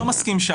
לא,